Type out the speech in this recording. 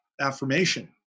affirmation